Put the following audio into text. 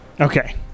Okay